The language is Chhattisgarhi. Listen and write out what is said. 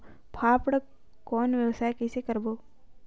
फाफण कौन व्यवसाय कइसे करबो?